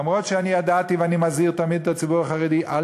למרות שאני ידעתי ואני מזהיר תמיד את הציבור החרדי: אל